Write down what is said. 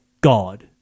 God